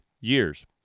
years